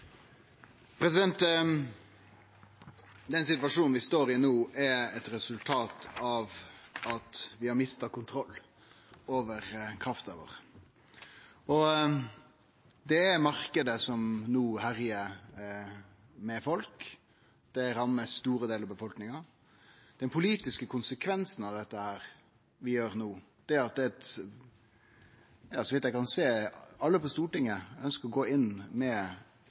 Den situasjonen vi står i no, er eit resultat av at vi har mista kontroll over krafta vår. Det er marknaden som no herjar med folk. Det rammar store delar av befolkninga. Den politiske konsekvensen av det vi no gjer – så vidt eg kan sjå, ønskjer alle på Stortinget å gå inn med